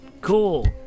cool